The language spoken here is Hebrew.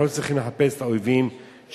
אנחנו לא צריכים לחפש את האויבים שמבחוץ,